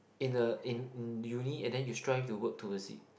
in the in in the uni and you strive to work to the seat